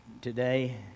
today